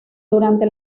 durante